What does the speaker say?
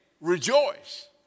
rejoice